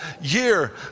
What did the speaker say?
year